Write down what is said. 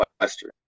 Western